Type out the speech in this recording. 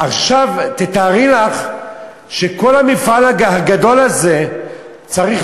עכשיו תארי לך שכל המפעל הגדול הזה צריך